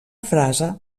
frase